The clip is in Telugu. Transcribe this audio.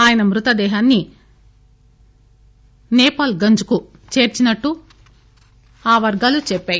ఆయన మృతదేహాన్ని సేపాల్ ఘంజ్ కు చేర్సినట్లు ఆ వర్గాలు చెప్పాయి